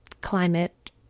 climate